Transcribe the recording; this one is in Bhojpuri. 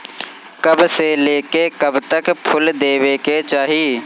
कब से लेके कब तक फुल देवे के चाही?